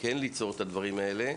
כן ליצור את הדברים האלה.